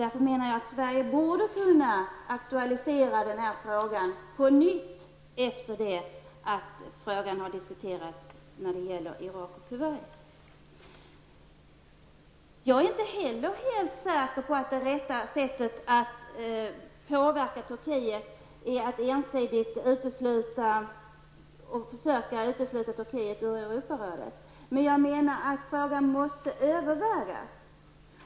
Därför borde Sverige kunna aktualisera frågan på nytt efter det att den har diskuterats i fråga om Irak och Kuwait. Jag är inte heller helt säker på att det rätta sättet att påverka Turkiet är att ensidigt försöka utesluta Turkiet ur Europarådet, men jag tycker att frågan måste övervägas.